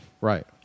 right